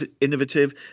innovative